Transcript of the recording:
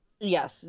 Yes